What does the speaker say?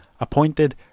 appointed